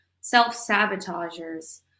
self-sabotagers